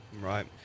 Right